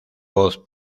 voz